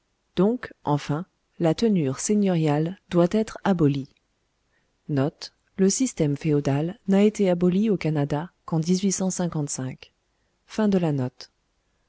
donc enfin la tenure seigneuriale doit être abolie été aboli au canada qu'en